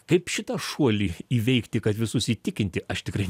kaip šitą šuolį įveikti kad visus įtikinti aš tikrai